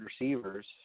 receivers